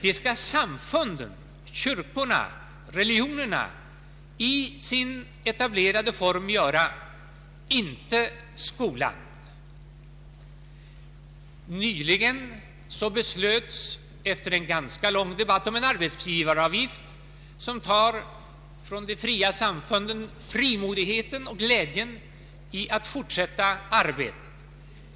Det skall samfunden, kyrkorna, religionerna i sin etablerade form göra — inte skolan. Nyligen beslöts, efter en ganska lång debatt, om en arbetsgivaravgift som tar ifrån de fria samfunden frimodigheten och glädjen i att fortsätta arbetet.